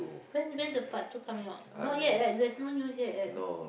when when the part two coming out not yet right there's no news yet right